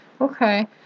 okay